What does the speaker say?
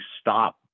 stop